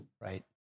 Right